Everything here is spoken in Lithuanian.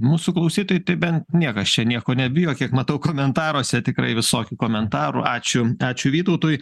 mūsų klausytojai tai bent niekas čia nieko nebijo kiek matau komentaruose tikrai visokių komentarų ačiū ačiū vytautui